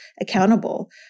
accountable